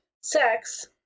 sex